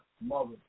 Mother